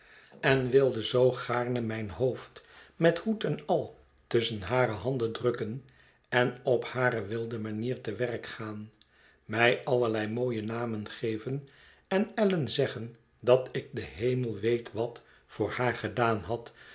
en wilde zoo gaarne mijn hoofd be beslissing in jarndyce en jabndyce met hoed en al tusschen hare handen drukken en op hare wilde manier te werk gaan mij allerlei mooie namen geven en allan zeggen dat ik de hemel weet wat voor haar gedaan had